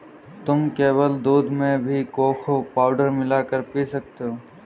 तुम केवल दूध में भी कोको पाउडर मिला कर पी सकते हो